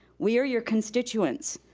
we are your constituents,